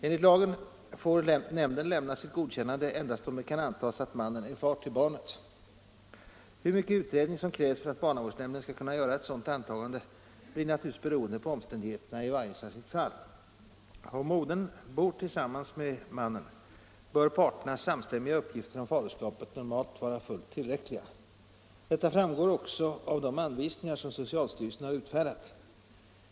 Enligt lagen får nämnden lämna sitt godkännande endast om det kan antas att mannen är far till barnet. Hur mycket utredning som krävs för att barnavårdsnämnden skall kunna göra ett sådant antagande blir naturligtvis beroende på omständigheterna i varje särskilt fall. Om modern bor tillsammans med mannen bör parternas samstämmiga uppgifter om faderskapet normalt vara fullt tillräckliga. Detta framgår också av de anvisningar som socialstyrelsen har utfärdat.